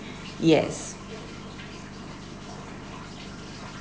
yes